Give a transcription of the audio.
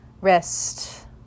rest